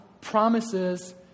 promises